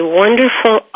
wonderful